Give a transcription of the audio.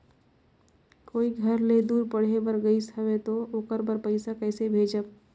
कोई घर ले दूर पढ़े बर गाईस हवे तो ओकर बर पइसा कइसे भेजब?